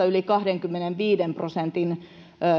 yli kahdenkymmenenviiden prosentin